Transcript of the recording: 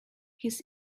his